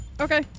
Okay